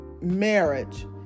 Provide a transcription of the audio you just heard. marriage